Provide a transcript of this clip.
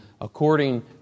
according